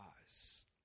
eyes